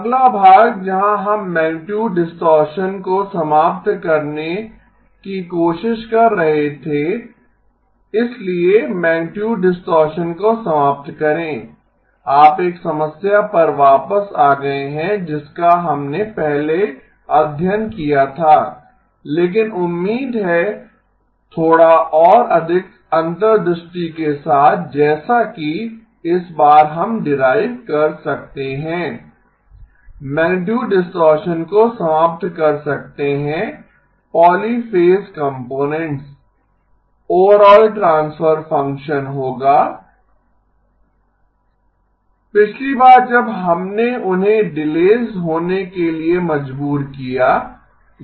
अगला भाग जहाँ हम मैगनीटुड डिस्टॉरशन को समाप्त करने की कोशिश कर रहे थे इसलिए मैगनीटुड डिस्टॉरशन को समाप्त करें आप एक समस्या पर वापस आ गए हैं जिसका हमने पहले अध्ययन किया था लेकिन उम्मीद है थोड़ा और अधिक अंतर्दृष्टि के साथ जैसा कि इस बार हम डीराइव कर सकते हैं मैगनीटुड डिस्टॉरशन को समाप्त कर सकते हैं polyphase components overall transfer function होगा T 2 z−1 E0 E1 पिछली बार जब हमने उन्हें डिलेस होने के लिए मजबूर किया यह आवश्यक नहीं है